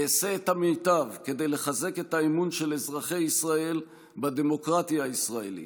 אעשה את המיטב כדי לחזק את האמון של אזרחי ישראל בדמוקרטיה הישראלית,